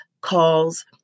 calls